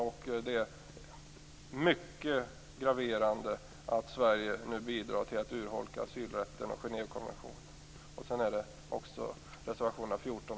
Det är mycket graverande att Sverige bidrar till att urholka asylrätten och Genèvekonventionen. Sedan är det också reservation 15.